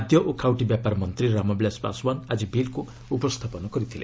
ଖାଦ୍ୟ ଓ ଖାଉଟି ବ୍ୟାପାର ମନ୍ତ୍ରୀ ରାମବିଳାଶ ପାଶୱାନ୍ ଆଜି ବିଲ୍କ୍ ଉପସ୍ଥାପନ କରିଥିଲେ